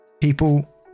People